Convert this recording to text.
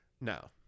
No